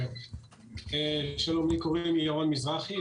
אני ירון מזרחי,